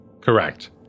Correct